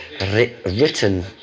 written